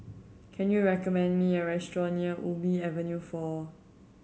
can you recommend me a restaurant near Ubi Avenue Four